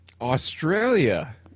Australia